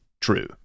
true